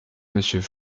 monsieur